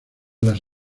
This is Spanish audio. las